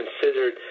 considered